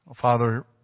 Father